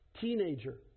Teenager